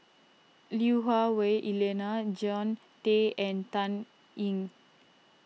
Lui Hah Wah Elena Jean Tay and Dan Ying